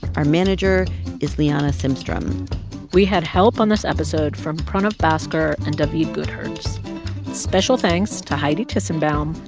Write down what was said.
our manager is liana simstrom we had help on this episode from pranab bhaskar and david gutherz. special thanks to heidi tissenbaum,